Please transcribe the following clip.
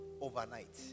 overnight